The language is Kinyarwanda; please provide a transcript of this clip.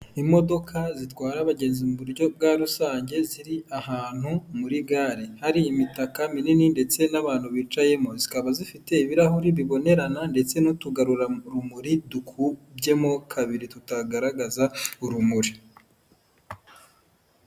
Imodoka zitwara abagenzi mu buryo bwa rusange ziri ahantu muri gare hari imitaka minini ndetse n'abantu bicayemo zikaba zifite ibirahuri bibonerana ndetse n'utugarurarumuri dukubyemo kabiri tutagaragaza urumuri.